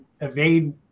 evade